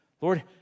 Lord